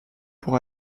pour